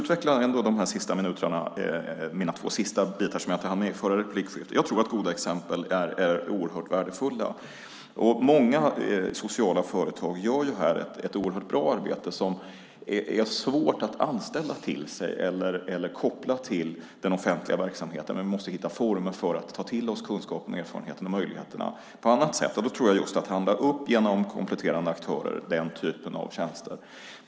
Under mina sista minuter ska jag utveckla de två sista delarna som jag inte hann med i mitt förra inlägg. Jag tror att goda exempel är oerhört värdefulla. Många sociala företag gör här ett oerhört bra arbete som det är svårt att koppla till den offentliga verksamheten. Men vi måste hitta former för att ta till oss kunskaper, erfarenheter och möjligheter på annat sätt. Då tror jag på att handla upp just den typen av tjänster genom kompletterande aktörer.